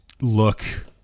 look